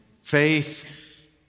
faith